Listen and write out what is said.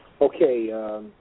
Okay